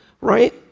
right